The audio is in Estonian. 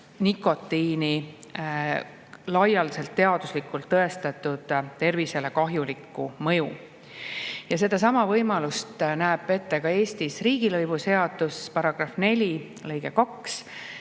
nikotiini laialdaselt teaduslikult tõestatud tervisele kahjulikku mõju. Sedasama võimalust näeb ette ka Eesti riigilõivuseaduse § 4 lõige 2,